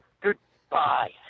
Goodbye